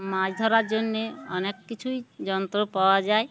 মাছ ধরার জন্যে অনেক কিছুই যন্ত্র পাওয়া যায়